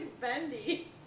bendy